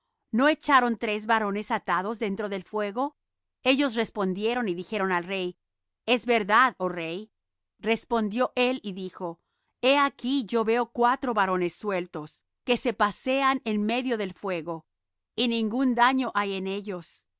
no echaron tres varones atados dentro del fuego ellos respondieron y dijeron al rey es verdad oh rey respondió él y dijo he aquí que yo veo cuatro varones sueltos que se pasean en medio del fuego y ningún daño hay en ellos